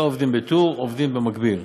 לא עובדים בטור, עובדים במקביל.